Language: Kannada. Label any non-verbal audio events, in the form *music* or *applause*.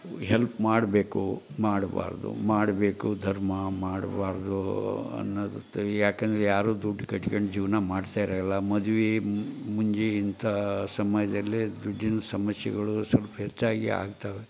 ಹೆಲ್ಪ್ ಮಾಡಬೇಕೋ ಮಾಡಬಾರ್ದೊ ಮಾಡಬೇಕು ಧರ್ಮ ಮಾಡ್ಬಾರ್ದು ಅನ್ನದು *unintelligible* ಯಾಕಂದ್ರೆ ಯಾರು ದುಡ್ಡು ಕಟ್ಕಂಡು ಜೀವನ ಮಾಡ್ಸ್ಯಾರು ಎಲ್ಲ ಮದ್ವೆ ಮುಂಜಿ ಇಂಥ ಸಮಯದಲ್ಲಿ ದುಡ್ಡಿನ ಸಮಸ್ಯೆಗಳು ಸ್ವಲ್ಪ ಹೆಚ್ಚಾಗಿ ಆಗ್ತಾವೆ